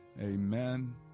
Amen